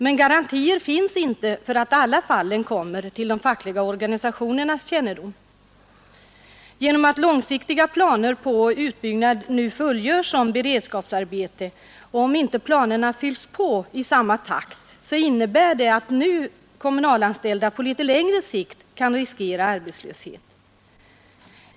Men garantier finns inte för att alla fallen kommer till de fackliga organisationernas kännedom. Långsiktigt planerade utbyggnader fullgörs nu som beredskapsarbeten. Om inte planerna fylls på i samma takt, innebär det att nu kommunalanställda på litet längre sikt kan riskera arbetslöshet.